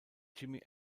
jimmy